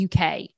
UK